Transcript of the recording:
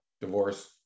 divorce